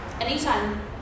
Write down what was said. anytime